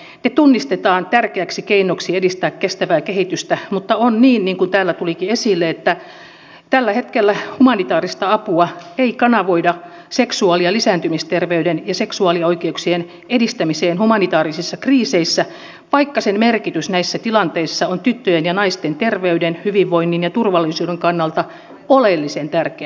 ne tunnistetaan tärkeäksi keinoksi edistää kestävää kehitystä mutta on niin kuten täällä tulikin esille että tällä hetkellä humanitaarista apua ei kanavoida seksuaali ja lisääntymisterveyden ja seksuaalioikeuksien edistämiseen humanitaarisissa kriiseissä vaikka sen merkitys näissä tilanteissa on tyttöjen ja naisten terveyden hyvinvoinnin ja turvallisuuden kannalta oleellisen tärkeä